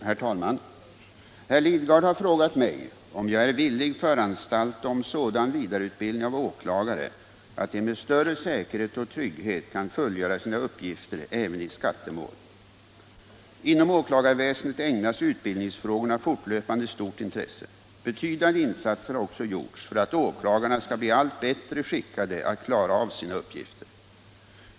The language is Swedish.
Herr talman! Herr Lidgard har frågat mig om jag är villig föranstalta om sådan vidareutbildning av åklagare att de med större säkerhet och trygghet kan fullgöra sina uppgifter även i skattemål. Inom åklagarväsendet ägnas utbildningsfrågorna fortlöpande stort intresse. Betydande insatser har också gjorts för att åklagarna skall bli allt bättre skickade att klara av sina uppgifter.